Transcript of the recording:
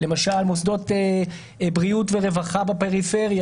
למשל מוסדות בריאות ורווחה בפריפריה,